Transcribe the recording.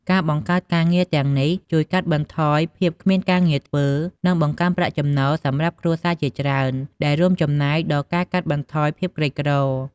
ការបង្កើតការងារទាំងនេះជួយកាត់បន្ថយភាពគ្មានការងារធ្វើ និងបង្កើនប្រាក់ចំណូលសម្រាប់គ្រួសារជាច្រើន ដែលរួមចំណែកដល់ការកាត់បន្ថយភាពក្រីក្រ។